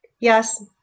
Yes